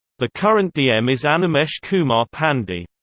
the current dm is animesh kumar pandey.